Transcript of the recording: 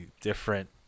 different